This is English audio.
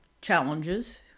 challenges